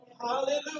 Hallelujah